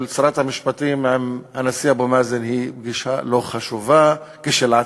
הפגישה של שרת המשפטים עם הנשיא אבו מאזן היא פגישה לא חשובה כשלעצמה,